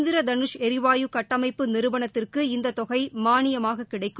இந்திர தனுஷ் எரிவாயு கட்டமைப்பு நிறுவனத்திற்கு இந்த தொகை மானியமாக கிடைக்கும்